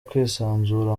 kwisanzura